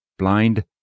blind